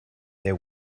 there